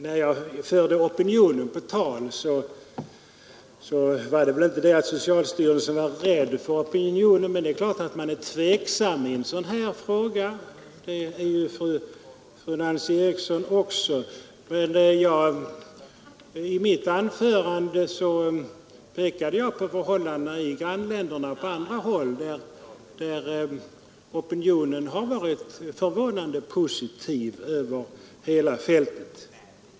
När jag förde opinionen på tal, sade jag inte att socialstyrelsen var ”rädd för opinionen”, men det är klart att man är tveksam i en sådan här fråga, vilket också fru Eriksson är. I mitt anförande pekade jag på de förhållanden som råder i grannländerna och på andra håll, där opinionen varit förvånande positiv över hela fältet.